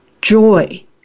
joy